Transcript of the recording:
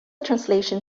translation